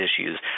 issues